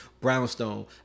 brownstone